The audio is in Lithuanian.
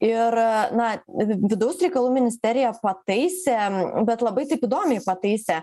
ir na vidaus reikalų ministerija pataisė bet labai taip įdomiai pataisė